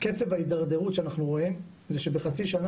קצב ההתדרדרות שאנחנו רואים זה שבחצי שנה